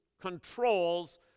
controls